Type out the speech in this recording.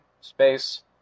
space